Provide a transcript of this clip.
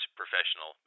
professional